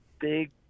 big